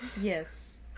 Yes